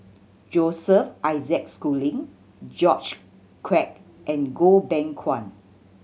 Joseph Isaac Schooling George Quek and Goh Beng Kwan